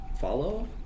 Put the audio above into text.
Follow